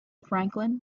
franklin